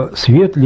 sphere.